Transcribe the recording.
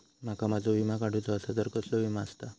माका माझो विमा काडुचो असा तर कसलो विमा आस्ता?